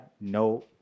no